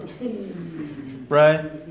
Right